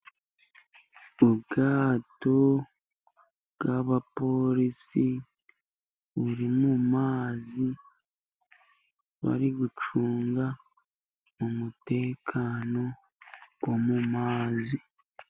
Ubwato bw'abapolisi buri mu mazi, bari gucunga umutekano wo mu mazi.